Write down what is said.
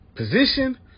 Position